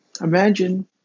imagine